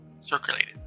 circulated